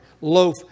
Loaf